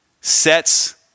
sets